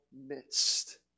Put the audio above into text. midst